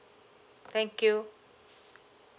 thank you